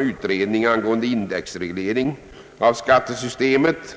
utredning angående indexreglering av skattesystemet.